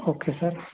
okay sir